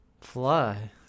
Fly